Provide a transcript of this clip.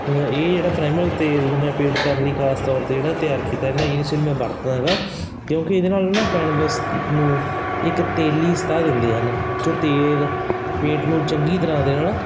ਇਹ ਜਿਹੜਾ ਪ੍ਰਾਈਮਰ ਤੇਲ ਨੂੰ ਮੈਂ ਪੇਂਟ ਕਰਨ ਲਈ ਖ਼ਾਸ ਤੌਰ 'ਤੇ ਜਿਹੜਾ ਤਿਆਰ ਕੀਤਾ ਜਾਂਦਾ ਇਸ ਨੂੰ ਮੈਂ ਵਰਤਦਾ ਹੈਗਾ ਕਿਉਂਕਿ ਇਹਦੇ ਨਾਲ ਨਾ ਕੈਨਵਸ ਨੂੰ ਇੱਕ ਤੇਲੀ ਸਤ੍ਹਾ ਦਿੰਦੇ ਹਨ ਸੋ ਤੇਲ ਪੇਂਟ ਨੂੰ ਚੰਗੀ ਤਰ੍ਹਾਂ ਆਪਣੇ ਨਾਲ